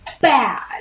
bad